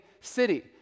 city